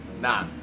Nah